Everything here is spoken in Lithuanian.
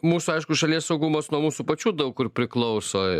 mūsų aišku šalies saugumas nuo mūsų pačių daug kur priklauso